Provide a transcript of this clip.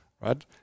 right